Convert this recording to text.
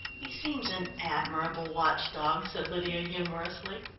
he seems an admirable watch dog, said lydia humorously.